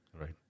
Right